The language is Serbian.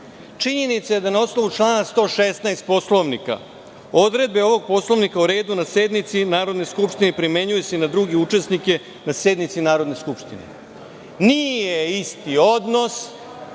raspravi. Činjenica je da na osnovu člana 116. Poslovnika odredbe ovog Poslovnika o redu na sednici Narodne skupštine primenjuje se i na druge učesnike na sednici Narodne skupštine. Nije isti odnos